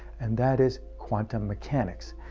and that is quantum mechanics.